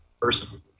person